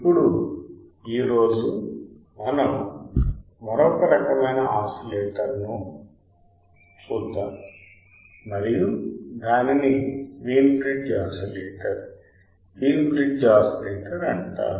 ఇప్పుడు ఈ రోజు మనం మరొక రకమైన ఆసిలేటర్ ను మరొక రకమైన ఆసిలేటర్ చూద్దాం మరియు దానిని Wien bridge oscillator Wien bridge oscillator అంటారు